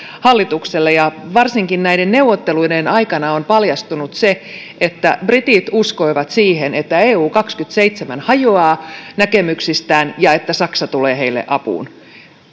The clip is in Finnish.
hallitukselle varsinkin näiden neuvotteluiden aikana on paljastunut se että britit uskoivat siihen että eu kaksikymmentäseitsemän hajoaa näkemyksistään ja että saksa tulee heille apuun